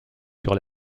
sur